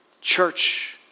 Church